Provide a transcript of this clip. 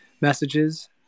messages